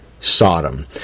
Sodom